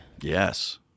Yes